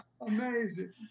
Amazing